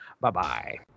Bye-bye